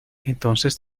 entonces